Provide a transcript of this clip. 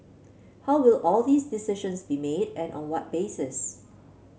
how will all these decisions be made and on what basis